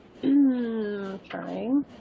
trying